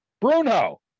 Bruno